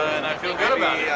and i feel good about yeah